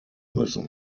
müssen